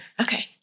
Okay